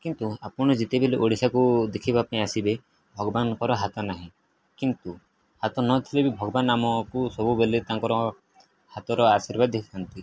କିନ୍ତୁ ଆପଣ ଯେତେବେଳେ ଓଡ଼ିଶାକୁ ଦେଖିବା ପାଇଁ ଆସିବେ ଭଗବାନଙ୍କର ହାତ ନାହିଁ କିନ୍ତୁ ହାତ ନଥିଲେ ବି ଭଗବାନ ଆମକୁ ସବୁବେଳେ ତାଙ୍କର ହାତର ଆଶୀର୍ବାଦ ଦେଇଥାନ୍ତି